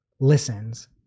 listens